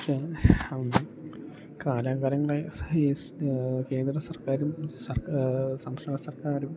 പക്ഷെ കാലാകാലങ്ങളായി ഈ കേന്ദ്രസർക്കാരും സംസ്ഥാന സർക്കാരും